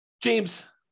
James